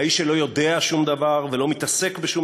האיש שלא יודע שום דבר ולא מתעסק בשום